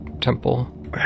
temple